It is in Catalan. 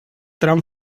tram